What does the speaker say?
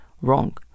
wrong